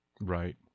Right